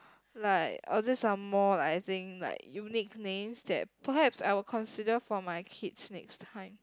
like or there's some more like I think like unique names that perhaps I will consider for my kids next time